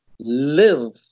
Live